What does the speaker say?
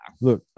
look